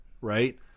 Right